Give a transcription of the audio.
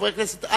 חברי הכנסת,